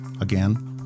again